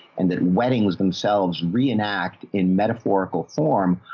and that wedding was themselves re-enact in metaphorical form.